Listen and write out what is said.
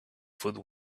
food